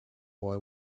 boy